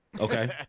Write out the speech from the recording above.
Okay